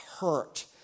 hurt